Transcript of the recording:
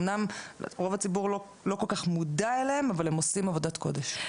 אמנם רוב הציבור לא כל כך מודע אליהם אבל הם עושים עבודת קודש.